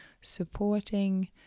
supporting